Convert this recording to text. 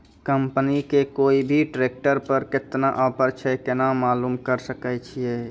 Company के कोय भी ट्रेक्टर पर केतना ऑफर छै केना मालूम करऽ सके छियै?